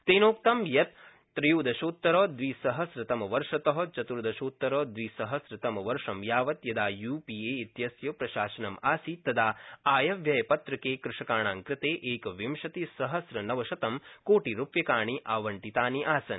तेनोक्तं यत् त्रयोदशोत्तरद्विसहस्रतमवर्षत चतुर्दशोत्तरद्विसहस्रतमेवर्ष यावत् यदा यूपीए इत्यस्य प्रशासनमासीत् तदा आयव्ययपत्रके कृषकाणां कृते एकविंशतिसहस्नवशतं कोटिरुप्यकाणि आवंटितानि आसन्